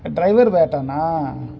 driver బెటానా